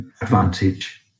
advantage